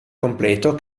completo